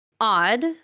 odd